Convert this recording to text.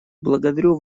благодарю